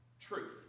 Truth